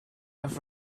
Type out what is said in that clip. off